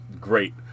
great